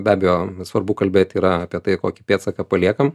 be abejo svarbu kalbėti yra apie tai kokį pėdsaką paliekam